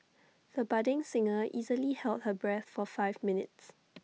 the budding singer easily held her breath for five minutes